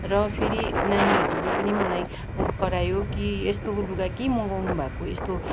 र फेरि नानीहरूले पनि मलाई करायो कि यस्तो लुगा के मगाउनु भएको यस्तो